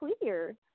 clear